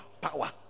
power